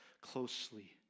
closely